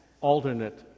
alternate